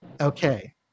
Okay